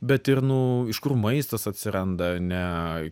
bet ir nu iš kur maistas atsiranda ane